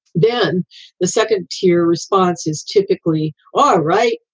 then the second tier response is to agree. all right.